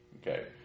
okay